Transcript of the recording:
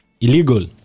illegal